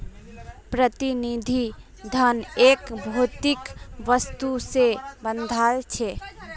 प्रतिनिधि धन एक भौतिक वस्तु से बंधाल छे